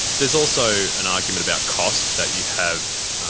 there's also an argument about cost that you have.